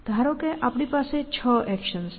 ધારો કે આપણી પાસે છ એક્શન્સ છે